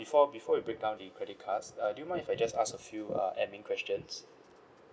before before you break down the credit cards uh do you mind if I just ask a few uh admin questions